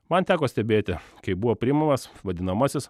man teko stebėti kaip buvo priimamas vadinamasis